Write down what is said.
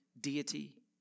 deity